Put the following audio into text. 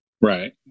Right